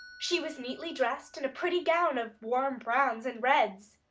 she was neatly dressed in a pretty gown of warm browns and reds,